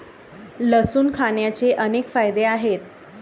लसूण खाण्याचे अनेक फायदे आहेत